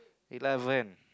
it doesn't